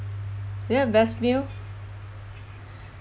you have best meal